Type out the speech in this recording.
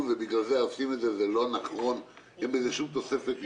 אני פותח את הישיבה בתאום בין סיעת הרשימה המשותפת,